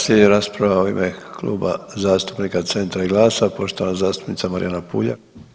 Slijedi rasprava u ime Kluba zastupnika Centra i GLAS-a, poštovana zastupnica Marijana Puljak.